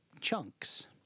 chunks